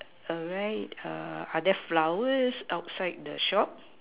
are they flowers outside the shop